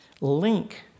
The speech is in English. link